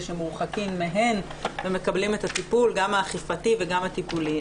שמורחקים מהן ומקבלים את הטיפול גם האכיפתי וגם הטיפולי,